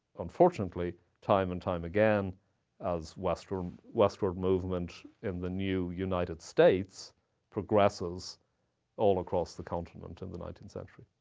unfortunately, time and time again as westward westward movement in the new united states progresses all across the continent in the nineteenth century.